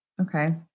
Okay